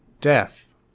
Death